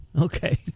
Okay